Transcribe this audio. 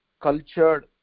cultured